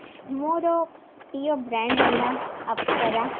ମୋର ପ୍ରିୟ ବ୍ରାଣ୍ଡ୍ ହେଲା ଅପସରା